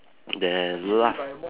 then last